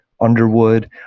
Underwood